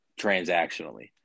transactionally